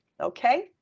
Okay